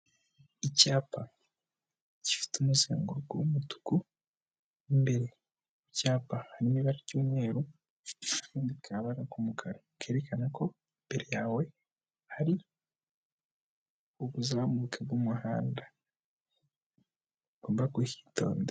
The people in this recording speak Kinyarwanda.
Icyapa, gifite umuzenguruko w'umutuku, imbere mu cyapa harimo ibara ry'umweru, n'akandi kabara k'umukara, kerekana ko imbere yawe hari ubuzamuke bw'umuhanda, ugomba kuhitondera.